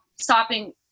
stopping